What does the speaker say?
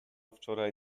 wczoraj